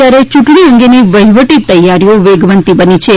ત્યારે ચૂંટણી અંગેની વહીવટી તૈયારીઓ વેગવંતી બની છે